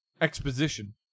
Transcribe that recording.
Exposition